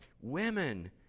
Women